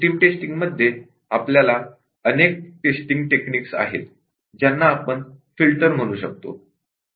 testing मध्ये आपल्याकडे अनेक टेस्टिंग टेक्निक्स आहेत ज्यांना आपण फिल्टर म्हणू शकतो